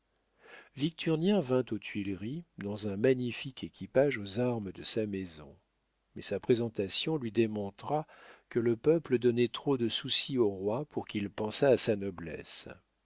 victurnien vint aux tuileries dans un magnifique équipage aux armes de sa maison mais sa présentation lui démontra que le peuple donnait trop de soucis au roi pour qu'il pensât à sa noblesse